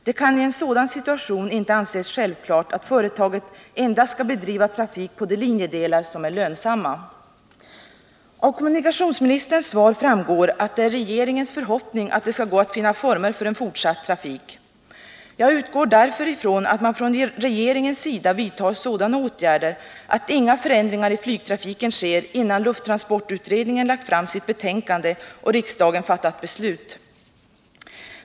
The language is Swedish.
Det kan i en sådan situation inte anses självklart att företaget endast skall bedriva trafik på de linjedelar som är lönsamma. Av kommunikationsministerns svar framgår att det är regeringens förhoppning att det skall gå att finna former för en fortsatt trafik. Jag utgår därför ifrån att man från regeringens sida vidtar sådana åtgärder att inga förändringar i flygtrafiken sker innan lufttransportutredningen lagt fram sitt betänkande och riksdagen fattat beslut.